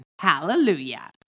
Hallelujah